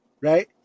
Right